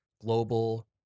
global